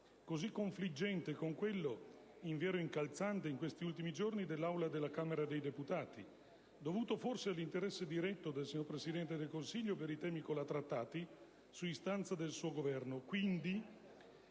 così confliggente con quello, invero incalzante in questi ultimi giorni, dell'Aula della Camera dei deputati, dovuto forse all'interesse diretto del signor Presidente del Consiglio per i temi colà trattati, su istanza del suo Governo.